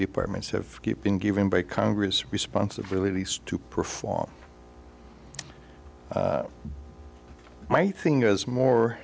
departments have been given by congress responsibilities to perform my fingers more